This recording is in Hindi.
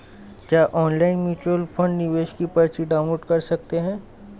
क्या ऑनलाइन म्यूच्यूअल फंड निवेश की पर्ची डाउनलोड कर सकते हैं?